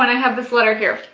have this letter here.